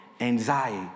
anxiety